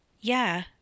Yeah